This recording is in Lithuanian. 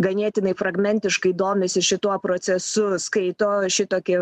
ganėtinai fragmentiškai domisi šituo procesu skaito šitokį